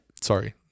sorry